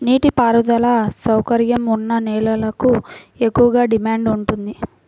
నీటి పారుదల సౌకర్యం ఉన్న నేలలకు ఎక్కువగా డిమాండ్ ఉంటుంది